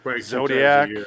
Zodiac